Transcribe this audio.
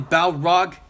Balrog